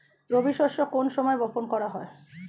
রবি শস্য কোন সময় বপন করা হয়?